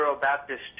Baptist